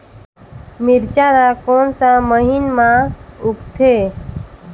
मिरचा ला कोन सा महीन मां उगथे?